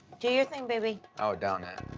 do your thing baby. i would down that.